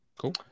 cool